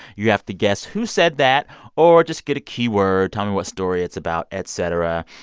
you have to guess who said that or just get a keyword, tell me what story it's about, etc.